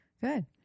Good